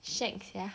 shag sia